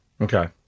Okay